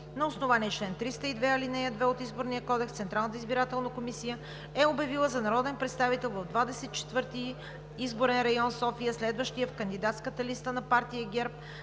на основание чл. 302, ал. 2 от Изборния кодекс Централната избирателна комисия е обявила за народен представител в Двадесет и четвърти изборен район – София, следващия в кандидатската листа на партия ГЕРБ